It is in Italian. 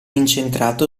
incentrato